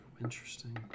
interesting